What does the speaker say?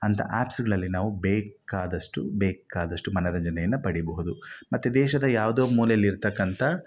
ಅಂಥ ಆ್ಯಪ್ಸ್ಗಳಲ್ಲಿ ನಾವು ಬೇಕಾದಷ್ಟು ಬೇಕಾದಷ್ಟು ಮನೋರಂಜನೆಯನ್ನ ಪಡೀಬಹುದು ಮತ್ತು ದೇಶದ ಯಾವುದೋ ಮೂಲೆಯಲ್ಲಿ ಇರ್ತಕ್ಕಂಥ